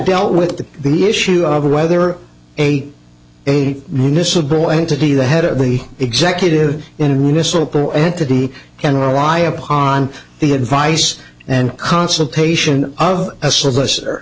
dealt with the issue of whether eight eight municipal entity the head of the executive in a resort the entity can rely upon the advice and consultation of a solicitor